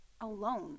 alone